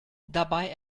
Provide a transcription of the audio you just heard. dabei